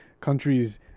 countries